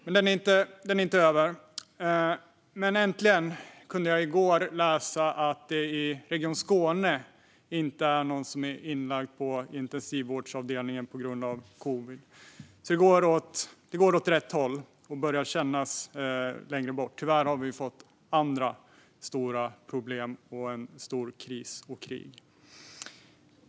Pandemin är som sagt inte över, men i går kunde jag äntligen läsa att det i Region Skåne inte finns någon som är inlagd på intensivvårdsavdelning på grund av covid. Det går alltså åt rätt håll och börjar kännas mer avlägset, men tyvärr har vi fått andra stora problem såsom kris och krig.